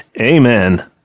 Amen